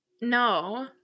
No